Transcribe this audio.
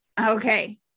okay